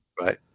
Right